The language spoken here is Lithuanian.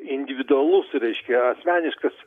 individualus reiškia asmeniškas